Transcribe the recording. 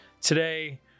Today